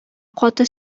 каты